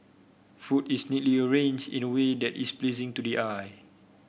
food is neatly arranged in a way that is pleasing to the eye